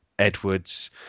Edwards